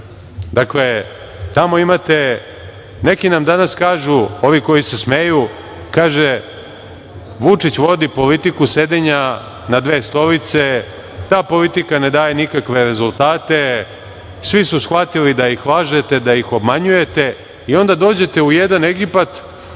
Dakle, tamo imate, neki nam danas kažu, ovi koji se smeju, kaže – Vučić vodi politiku sedenja na dve stolice, ta politika ne daje nikakve rezultate, svi su shvatili da ih lažete, da ih obmanjujete i onda dođete u jedan Egipat